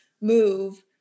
move